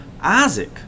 Isaac